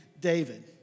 David